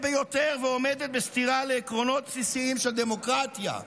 ביותר ועומדת בסתירה לעקרונות בסיסיים של דמוקרטיה.